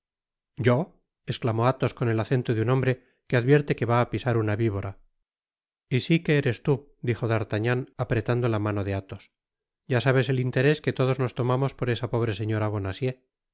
yol esclamó athos con el acento de un hombre que advierte que va á pisar una vivora y si que eres tú dijo d'artagnan apretando la mano de athos ya sabes el interés que todos nos tomamos por esa pobre señora bonacieux